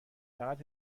فقط